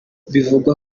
bivugwa